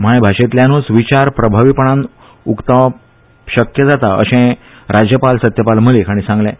मायभाशेंतल्यानूच विचार प्रभावीपणान उक्तावप शक्य जाता अशें राज्यपाल सत्य पाल मलिक हांणी सांगलें